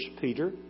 Peter